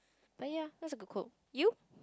but ya that's a good quote you